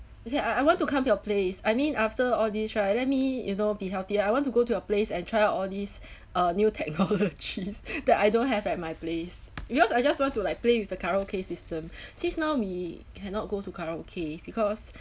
okay I I want to come your place I mean after all these right let me you know be healthier I want to go to your place and try out all these uh new technology that I don't have at my place because I just want to like play with the karaoke system since now we cannot go to karaoke because